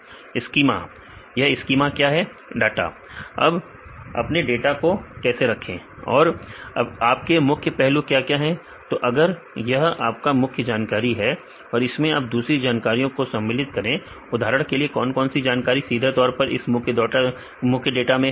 विद्यार्थी schema schema यह schema क्या है विद्यार्थी डाटा अब अपने डाटा को कैसे रखें और आपके मुख्य पहलू क्या क्या है तो अगर यह आपका मुख्य जानकारी है और इसमें आप दूसरी जानकारियों को सम्मिलित करें उदाहरण के लिए कौन कौन सी जानकारी सीधे तौर पर इस मुख्य डाटा में है